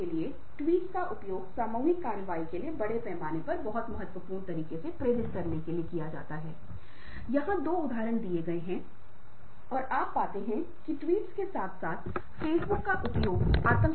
मैं हमेशा खुद को और दूसरों को प्रेरित करता रहता हूं ताकि आगे की प्रेरणा में सुधार हो सके